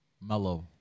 mellow